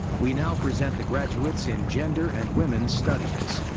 we now present the graduates in gender and women's studies.